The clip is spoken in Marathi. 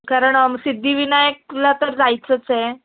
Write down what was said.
कारण सिद्धिविनायकला तर जायचंच आहे